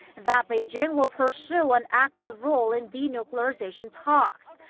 that beijing will pursue an active role in denuclearization talks.